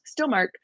Stillmark